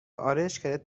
آرایشگرت